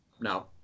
No